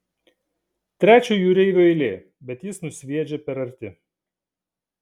trečio jūreivio eilė bet jis nusviedžia per arti